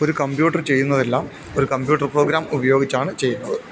ഒരു കമ്പ്യൂട്ടർ ചെയ്യുന്നതെല്ലാം ഒരു കമ്പ്യൂട്ടർ പ്രോഗ്രാം ഉപയോഗിച്ചാണ് ചെയ്യുന്നത്